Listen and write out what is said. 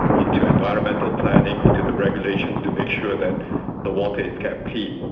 into environmental planning, into the regulations to make sure that the water is kept clean.